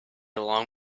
along